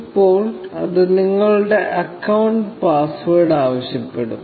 ഇപ്പോൾ അത് നിങ്ങളുടെ അക്കൌണ്ട് പാസ്സ്വേർഡ് ആവശ്യപ്പെടും